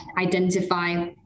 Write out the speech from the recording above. identify